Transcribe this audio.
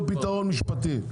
אז אתם תמצאו פתרון משפטי.